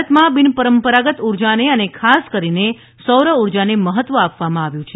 ભારતમાં બિનપરંપરાગત ઉર્જાને અને ખાસ કરીને સૌર ઉર્જાને મહત્વ આપવામાં આવ્યું છે